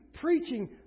preaching